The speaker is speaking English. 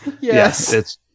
Yes